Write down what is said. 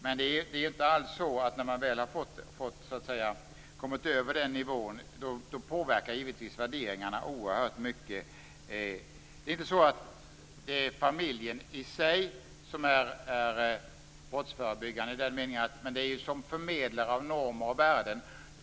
Men när man väl har kommit över den nivån så påverkar givetvis värderingarna oerhört mycket. Det är inte familjen i sig som är brottsförebyggande utan familjen som förmedlare av normer och värden.